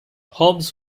hobbs